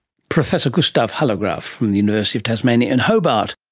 professor gustaaf hallegraeff from the university of tasmania in hobart